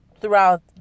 throughout